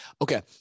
Okay